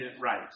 right